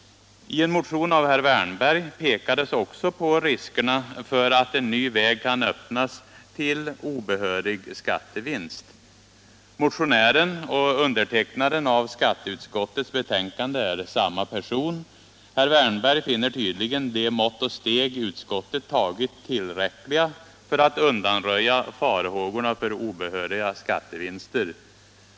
I en motion av herr Wärnberg pekas också på riskerna för att en ny väg kan öppnas till obehörig skattevinst. Motionären och undertecknaren av skatteutskottets betänkande är samme person. Herr Wärnberg finner tydligen de mått och steg som utskottet har tagit tillräckliga för att undanröja farhågorna för obehöriga skattevinster.